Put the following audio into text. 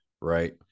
right